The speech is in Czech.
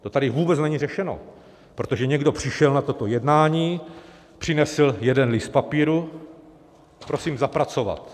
To tady vůbec není řešeno, protože někdo přišel na toto jednání, přinesl jeden list papíru: prosím zapracovat.